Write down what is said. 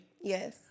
Yes